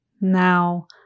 now